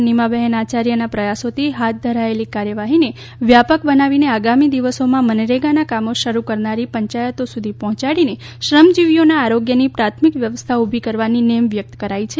નીમાબહેન આચાર્યના પ્રથાસોથી હાથ ધરાયેલી કાર્યવાહીને વ્યાપક બનાવીને આગામી દિવસોમાં મનરેગાનાં કામો શરૂ કરનારી પંચાયતો સુધી પહોંચાડીને શ્રમજીવીઓનાં આરોગ્યની પ્રાથમિક વ્યવસ્થા ઊભી કરવાની નેમ વ્યક્ત કરાઇ છે